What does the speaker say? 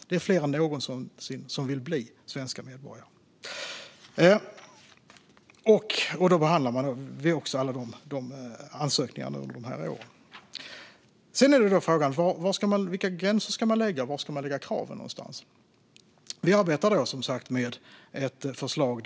Det är fler än någonsin som vill bli svenska medborgare. Och vi behandlar alla dessa ansökningar. Sedan är frågan vilka gränser som ska gälla och vilka krav som ska ställas. Vi arbetar, som sagt, med ett förslag.